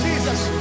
Jesus